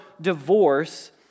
divorce